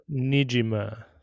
Nijima